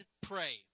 pray